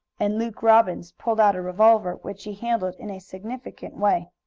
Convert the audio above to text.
and luke robbins pulled out a revolver, which he handled in a significant way.